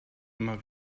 immer